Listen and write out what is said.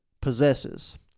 possesses